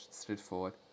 straightforward